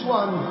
one